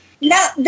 Now